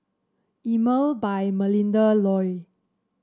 Emel by Melinda Looi